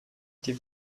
die